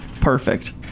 perfect